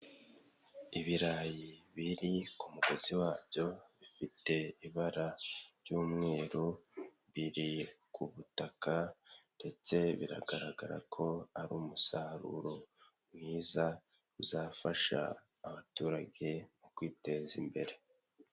Ibirayi biri ku mugozi wabyo bifite ibara ry'umweru biri ku butaka ndetse biragaragara ko ari umusaruro mwiza uzafasha abaturage mu kwiteza imbere.